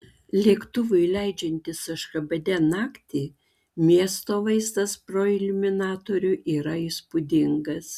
lėktuvui leidžiantis ašchabade naktį miesto vaizdas pro iliuminatorių yra įspūdingas